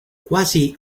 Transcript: quasi